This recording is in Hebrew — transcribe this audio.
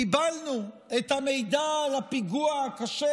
קיבלנו את המידע על הפיגוע הקשה,